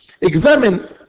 Examine